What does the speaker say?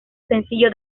sencillo